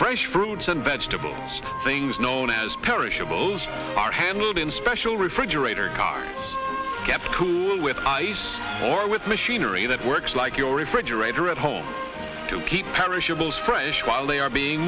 fresh fruits and vegetables things known as perishables are handled in special refrigerator cars kept cool with ice or with machinery that works like your refrigerator at home to keep perishables fresh while they are being